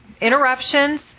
interruptions